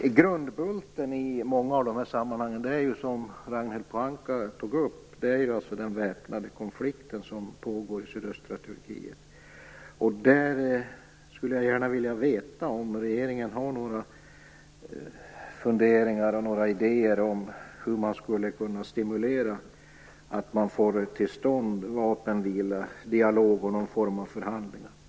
Som Ragnhild Pohanka tog upp är grundbulten i många av dessa sammanhang den väpnade konflikt som pågår i sydöstra Turkiet. Jag skulle vilja veta om regeringen har några funderingar och idéer om hur man kan stimulera att det blir vapenvila, dialog och någon form av förhandlingar.